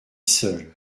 seul